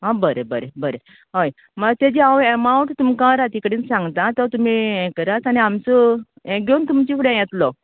आं बरें बरें बरें हय मात तेजी हांव अमावन्ट तुमकां राती कडेन सांगता तो तुमी हें करात आनी आमचो हें घेवन तुमच्या फुड्यान येतलो